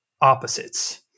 opposites